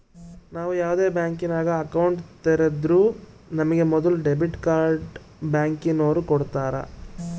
ನಾವು ಯಾವ್ದೇ ಬ್ಯಾಂಕಿನಾಗ ಅಕೌಂಟ್ ತೆರುದ್ರೂ ನಮಿಗೆ ಮೊದುಲು ಡೆಬಿಟ್ ಕಾರ್ಡ್ನ ಬ್ಯಾಂಕಿನೋರು ಕೊಡ್ತಾರ